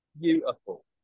beautiful